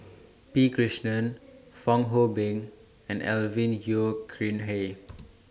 P Krishnan Fong Hoe Beng and Alvin Yeo Khirn Hai